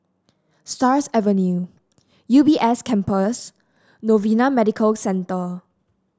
Stars Avenue U B S Campus Novena Medical Centre